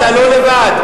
אתה לא לבד.